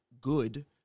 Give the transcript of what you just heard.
good